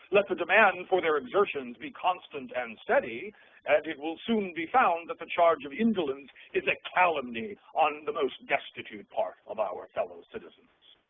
let the demand and for their exertions be constant and steady and it will soon be found that the charge of indolence is a calumny on the most destitute part of our fellow citizens.